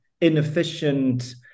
inefficient